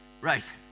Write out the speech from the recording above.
right